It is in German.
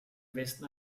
westen